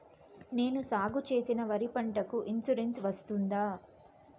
నేను సాగు చేసిన వరి పంటకు ఇన్సూరెన్సు వస్తుందా?